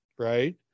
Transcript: Right